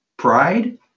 Pride